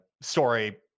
story